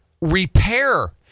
repair